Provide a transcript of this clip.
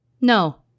no